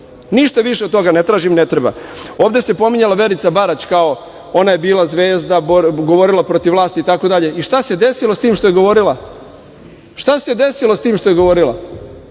ništa više od toga ne tražim i ne treba. Ovde se pominjala Verica Barać, ona je bila zvezda, govorila protiv vlasti itd. Šta se desilo s tim što je govorila, šta se desilo? Navodite je kao primer